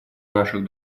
наших